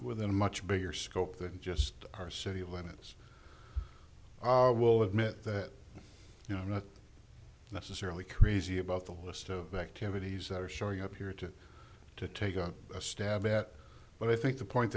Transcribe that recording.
within a much bigger scope than just our city limits we'll admit that you know not necessarily crazy about the list of activities that are showing up here to take a stab at but i think the point